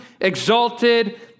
exalted